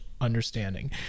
understanding